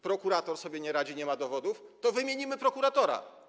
Prokurator sobie nie radzi, nie ma dowodów, to wymienimy prokuratora.